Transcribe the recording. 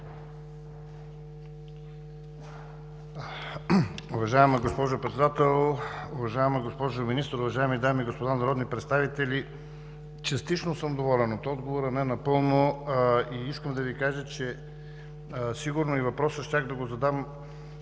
Уважаема госпожо Председател, уважаема госпожо Министър, уважаеми дами и господа народни представители! Частично съм доволен от отговора, не напълно и искам да Ви кажа, че сигурно щях да задам